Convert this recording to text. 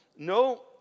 No